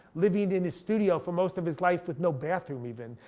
living in his studio for most of his life with no bathroom even.